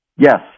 Yes